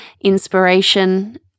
inspiration